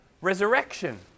resurrection